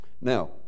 Now